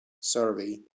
survey